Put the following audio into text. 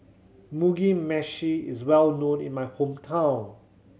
Mugi Meshi is well known in my hometown